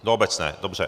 Do obecné, dobře.